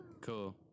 Cool